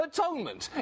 Atonement